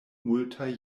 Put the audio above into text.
multaj